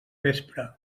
vespre